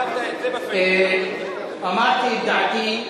אבל אמרתי את דעתי,